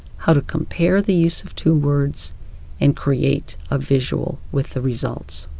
how to compare the use of two words and create a visual with the results.